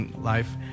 life